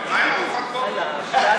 פרקי אבות.